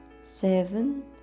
seven